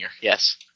Yes